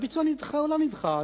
הביצוע נדחה או לא נדחה,